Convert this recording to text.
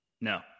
no